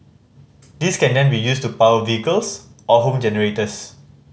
this can then be used to power vehicles or home generators